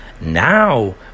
Now